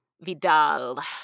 Vidal